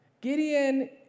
Gideon